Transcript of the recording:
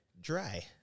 dry